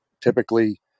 typically